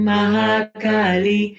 Mahakali